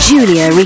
Julia